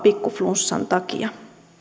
pikkuflunssan takia